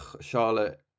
Charlotte